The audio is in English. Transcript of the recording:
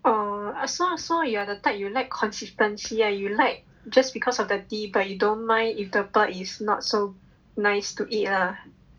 oh so so you are the type you like consistency ah you like just because of the tea but you don't mind if the pearl is not so nice to eat lah